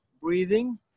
breathing